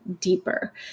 deeper